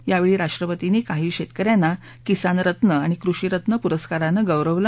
यावेळी राष्ट्रपतींनी काही शेतक यांना किसान रत्न आणि कृषी रत्न पुरस्कारांनं गौरवलं